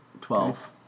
Twelve